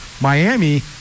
Miami